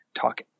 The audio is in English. talk